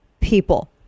people